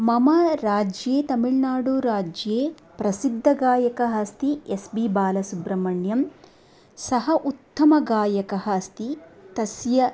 मम राज्ये तमिळ्नाडुराज्ये प्रसिद्धगायकः अस्ति एस् पि बालसुब्रह्मण्यं सः उत्तमः गायकः अस्ति तस्य